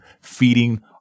feeding